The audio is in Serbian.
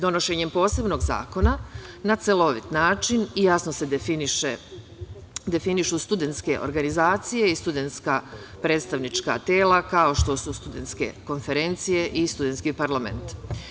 Donošenjem posebnog zakona na celovit način i jasno se definišu studentske organizacije i studentska predstavnička tela, kao što su studentske konferencije i studentski parlament.